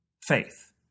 Faith